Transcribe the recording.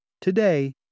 Today